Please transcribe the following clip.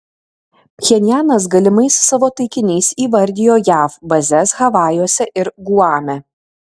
pchenjanas galimais savo taikiniais įvardijo jav bazes havajuose ir guame